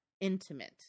intimate